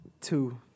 Two